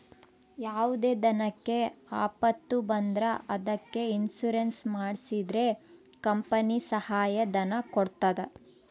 ಯಾವುದೇ ದನಕ್ಕೆ ಆಪತ್ತು ಬಂದ್ರ ಅದಕ್ಕೆ ಇನ್ಸೂರೆನ್ಸ್ ಮಾಡ್ಸಿದ್ರೆ ಕಂಪನಿ ಸಹಾಯ ಧನ ಕೊಡ್ತದ